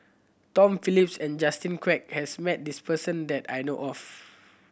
Tom Phillips and Justin Quek has met this person that I know of